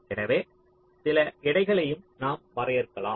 எனவே சில எடைகளையும் நாம் வரையறுக்கலாம்